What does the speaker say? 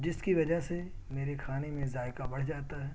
جس کی وجہ سے میرے کھانے میں ذائقہ بڑھ جاتا ہے